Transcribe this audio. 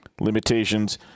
Limitations